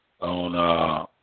on